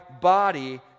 body